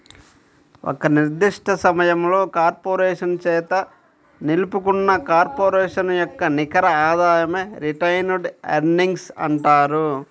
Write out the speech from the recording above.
ఒక నిర్దిష్ట సమయంలో కార్పొరేషన్ చేత నిలుపుకున్న కార్పొరేషన్ యొక్క నికర ఆదాయమే రిటైన్డ్ ఎర్నింగ్స్ అంటారు